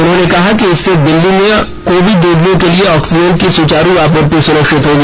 उन्होंने कहा कि इससे दिल्ली में कोविड रोगियों के लिए ऑक्सीजन की सुचारू आपूर्ति सुनिश्चित होगी